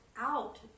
out